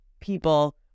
people